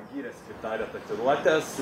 gyrėsi kaip darė tatuiruotes